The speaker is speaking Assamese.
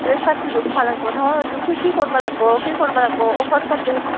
প্ৰেছাৰটো জোখিব লাগিব ন জুখি কি কৰিব লাগিব কি কৰিব লাগিব ঔষধ পাতি